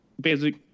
basic